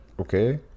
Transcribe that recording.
Okay